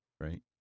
right